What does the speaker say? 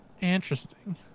Interesting